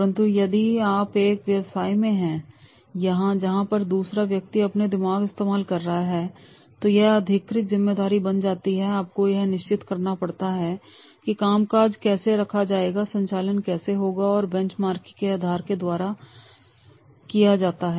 परंतु यदि आप एक व्यवसाय में हैं जहां दूसरा व्यक्ति आपका दिमाग इस्तेमाल कर रहा है तो यह अधिकृत जिम्मेदारी बन जाती है और आपको यह निश्चित करना पड़ता है की कामकाज कैसे रखा जाएगा संचालन कैसे होगा और यह बेंचमार्किंग के अभ्यास के द्वारा किया जाता है